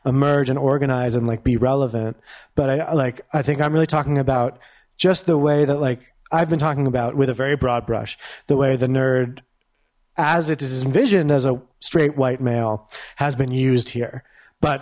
emerge and organize and like be relevant but i like i think i'm really talking about just the way that like i've been talking about with a very broad brush the way the nerd as it is envisioned as a straight white male has been used here but